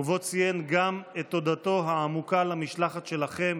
ובו ציין גם את תודתו העמוקה למשלחת שלכם,